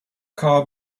car